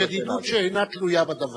זו ידידות שאינה תלויה בדבר.